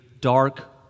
dark